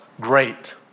great